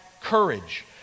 courage